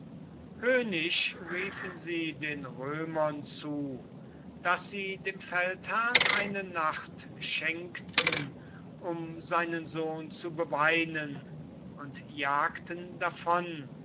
höhnisch riefen sie den römern zu daß sie dem feldherrn eine nacht schenkten um seinen sohn zu beweinen und jagten davon